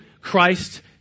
Christ